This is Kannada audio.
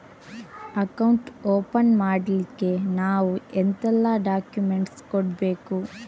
ಅಕೌಂಟ್ ಓಪನ್ ಮಾಡ್ಲಿಕ್ಕೆ ನಾವು ಎಂತೆಲ್ಲ ಡಾಕ್ಯುಮೆಂಟ್ಸ್ ಕೊಡ್ಬೇಕು?